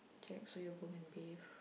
check so you go home and bathe